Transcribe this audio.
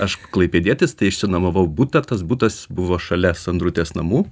aš klaipėdietis išsinuomavau butą tas butas buvo šalia sandrutės namų